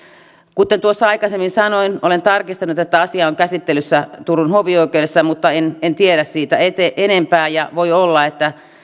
kuten tuossa aikaisemmin sanoin olen tarkistanut että asia on käsittelyssä turun hovioikeudessa mutta en en tiedä siitä enempää ja voi olla että